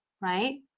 right